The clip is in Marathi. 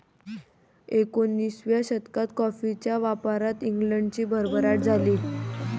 एकोणिसाव्या शतकात कॉफीच्या व्यापारात इंग्लंडची भरभराट झाली